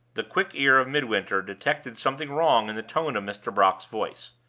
the quick ear of midwinter detected something wrong in the tone of mr. brock's voice.